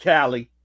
Callie